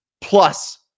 plus